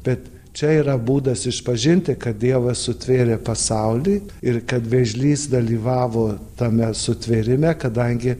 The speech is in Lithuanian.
bet čia yra būdas išpažinti kad dievas sutvėrė pasaulį ir kad vėžlys dalyvavo tame sutvėrime kadangi